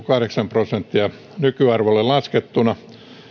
kahdeksan prosenttia nykyarvolle laskettuna